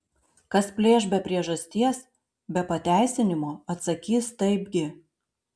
kas plėš be priežasties be pateisinimo atsakys taipgi